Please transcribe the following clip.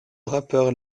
rappeur